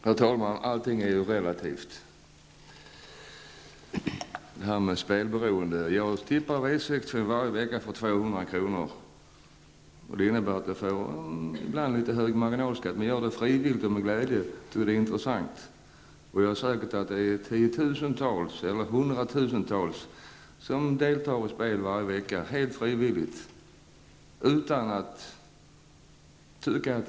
Herr talman! Allting är relativt, också när det gäller detta med spelberoendet. Själv tippar jag på V65 varje vecka för 200 kr. Det innebär att jag ibland får en något hög marginalskatt. Men jag tippar frivilligt. Dessutom gör jag det med glädje, eftersom jag tycker att det är intressant. Det är säkert tiotusentals, eller kanske hundratusentals, människor som helt frivilligt deltar i olika spel.